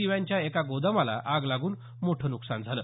दिव्यांच्या एका गोदामाला आग लागून मोठं नुकसान झालं